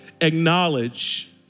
acknowledge